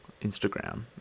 Instagram